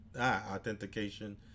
authentication